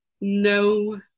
no